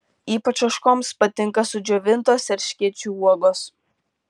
ypač ožkoms patinka sudžiovintos erškėčių uogos